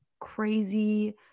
crazy